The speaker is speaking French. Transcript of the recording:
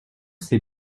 c’est